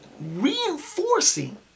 reinforcing